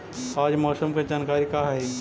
आज मौसम के जानकारी का हई?